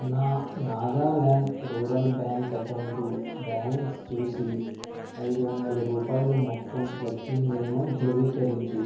నా Nagaland rural bank account balance చూసి ఐదు వందల రూపాయిలు మొత్తం వచ్చిందేమో ధృవీకరించు